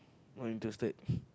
going to state